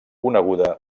coneguda